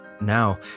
Now